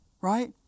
Right